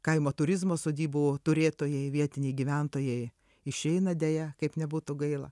kaimo turizmo sodybų turėtojai vietiniai gyventojai išeina deja kaip nebūtų gaila